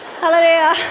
Hallelujah